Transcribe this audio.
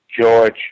George